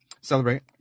celebrate